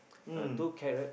uh two carrot